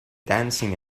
dancing